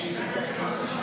נתקבלו.